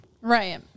right